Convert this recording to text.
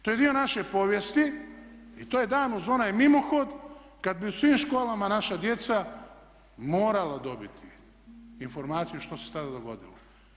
To je dio naše povijesti i to je dan uz onaj mimohod kad bi u svim školama naša djeca morala dobiti informaciju što se tada dogodilo.